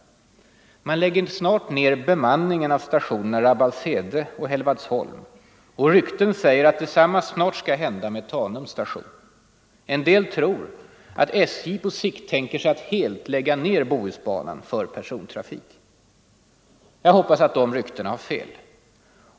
Man lägger snart ned bemanningen på stationerna Rabbalshede och Hällevadsholm, och rykten säger att detsamma snart skall hända med Tanums station. En del tror att SJ på sikt tänker sig att helt lägga ned Bohusbanan för persontrafik. Jag hoppas att de ryktena har fel.